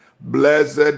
Blessed